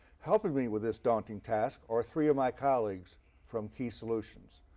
helping me with this daunting task are three of my colleagues from key solutions.